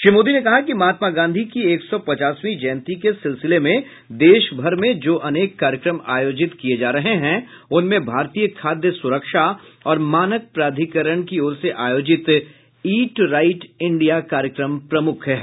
श्री मोदी ने कहा कि महात्मा गांधी की एक सौ पचासवीं जयन्ती के सिलसिले में देशभर में जो अनेक कार्यक्रम आयोजित किए जा रहे हैं उनमें भारतीय खाद्य सुरक्षा और मानक प्राधिकरण की ओर से आयोजित ईट राइट इंडिया कार्यक्रम प्रमुख हैं